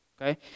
okay